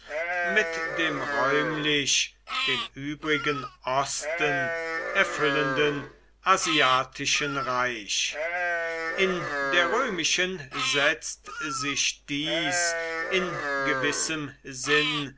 mit dem räumlich den übrigen osten erfüllenden asiatischen reich in der römischen setzt sich dies in gewissem sinn